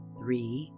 three